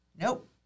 nope